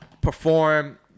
perform